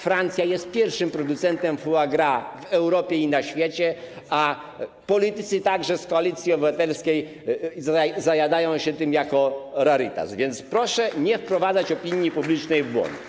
Francja jest pierwszym producentem foie gras w Europie i na świecie, a politycy, także z Koalicji Obywatelskiej, zajadają się tym jako rarytasem, więc proszę nie wprowadzać opinii publicznej w błąd.